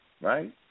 right